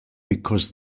because